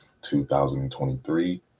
2023